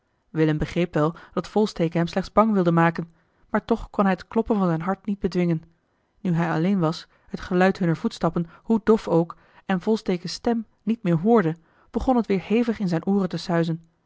willem begreep wel dat volsteke hem slechts bang wilde maken maar toch kon hij het kloppen van zijn hart niet bedwingen nu hij alleen was t geluid hunner voetstappen hoe dof ook en volstekes stem niet meer hoorde begon het weer hevig in zijne ooren te suizen